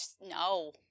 no